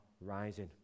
rising